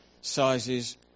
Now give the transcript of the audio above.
sizes